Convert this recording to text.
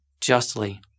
justly